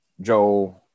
Joel